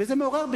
זה מעורר,